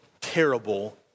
terrible